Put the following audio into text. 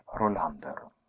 rolander